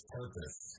purpose